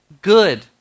good